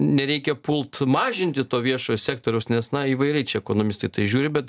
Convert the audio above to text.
nereikia pult mažinti to viešo sektoriaus nes na įvairiai čia ekonomistai į tai žiūri bet